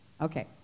Okay